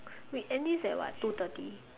we end this at what two thirty